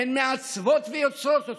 הן מעצבות ויוצרות אותה.